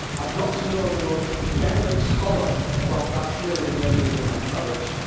i got to know the most eminent scholar about that period in medieval mathematics,